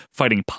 fighting